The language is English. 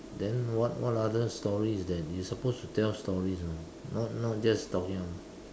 then what what other stories that you supposed to tell stories you know not not just talking about